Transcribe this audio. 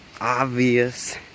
obvious